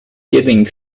giving